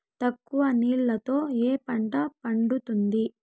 తక్కువ నీళ్లతో ఏ పంట పండుతుంది?